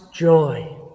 Joy